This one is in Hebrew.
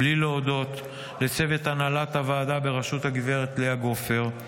בלי להודות לצוות הנהלת הוועדה בראשות הגב' לאה גופר,